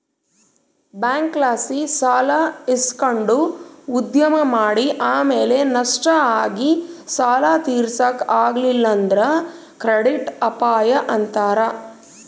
ಬ್ಯಾಂಕ್ಲಾಸಿ ಸಾಲ ಇಸಕಂಡು ಉದ್ಯಮ ಮಾಡಿ ಆಮೇಲೆ ನಷ್ಟ ಆಗಿ ಸಾಲ ತೀರ್ಸಾಕ ಆಗಲಿಲ್ಲುದ್ರ ಕ್ರೆಡಿಟ್ ಅಪಾಯ ಅಂತಾರ